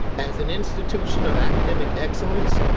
as an institution of academic excellence,